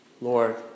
Lord